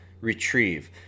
retrieve